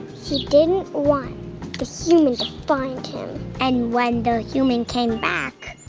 he didn't want the human to find him and when the human came back,